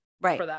Right